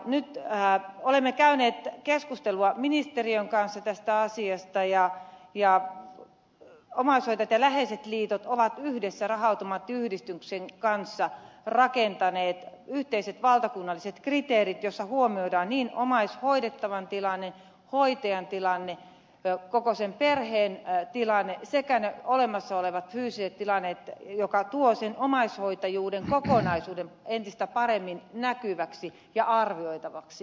nyt olemme käyneet keskustelua ministeriön kanssa tästä asiasta ja omaishoitajat ja läheiset liitto on yhdessä raha automaattiyhdistyksen kanssa rakentanut yhteiset valtakunnalliset kriteerit joissa huomioidaan niin omaishoidettavan tilanne hoitajan tilanne koko sen perheen tilanne kuin olemassa olevat fyysiset tilanteet mikä tuo sen omaishoitajuuden kokonaisuuden entistä paremmin näkyväksi ja arvioitavaksi